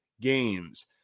games